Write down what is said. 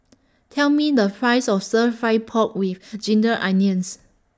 Tell Me The Price of Stir Fry Pork with Ginger Onions